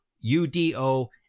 U-D-O